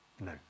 No